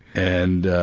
and ah,